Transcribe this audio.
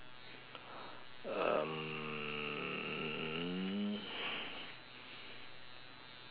um